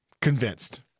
convinced